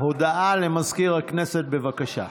הודעה למזכיר הכנסת, בבקשה.